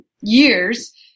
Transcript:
years